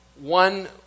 One